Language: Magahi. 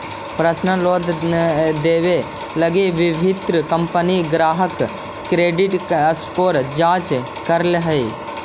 पर्सनल लोन देवे लगी विभिन्न कंपनि ग्राहक के क्रेडिट स्कोर जांच करऽ हइ